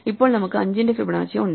ഇപ്പോൾ നമുക്ക് 5 ന്റെ ഫിബൊനാച്ചി ഉണ്ട്